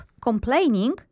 complaining